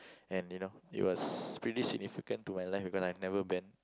and you know it was pretty significant to my life because I have never been